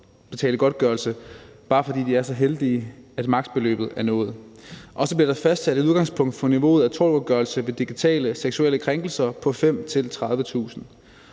betale godtgørelse, bare fordi vedkommende er så heldig, at maks.-beløbet er nået. Og så bliver der fastsat et udgangspunkt for niveauet af tortgodtgørelse ved digitale seksuelle krænkelser på 5.000-30.000